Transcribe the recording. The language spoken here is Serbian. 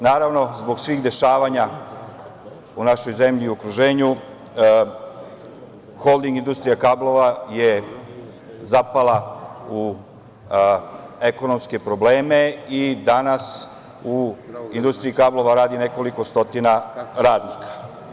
Naravno, zbog svih dešavanja u našoj zemlji i okruženju, holding industrija kablova je zapala u ekonomske probleme i danas u industriji kablova radi nekoliko stotina radnika.